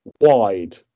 wide